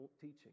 teaching